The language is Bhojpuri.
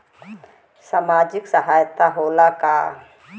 सामाजिक सहायता होला का?